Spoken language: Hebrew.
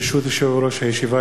ברשות יושב-ראש הישיבה,